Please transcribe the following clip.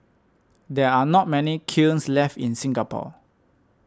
there are not many kilns left in Singapore